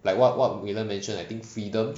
like what what william mentioned I think freedom